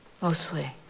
mostly